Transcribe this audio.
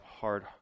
hard